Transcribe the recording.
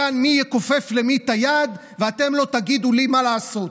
וחלקן מי יכופף למי את היד ו"אתם לא תגידו לי מה לעשות",